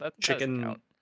Chicken